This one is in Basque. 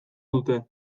dute